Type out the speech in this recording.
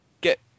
get